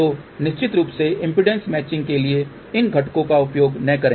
तो निश्चित रूप से इम्पीडेन्स मैचिंग के लिए इन घटकों का उपयोग न करें